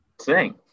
sing